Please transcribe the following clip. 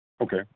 Okay